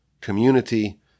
community